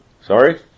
Sorry